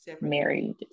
married